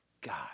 God